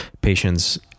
patients